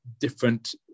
different